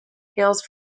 hails